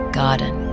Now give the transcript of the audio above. garden